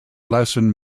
lesson